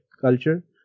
culture